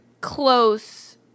close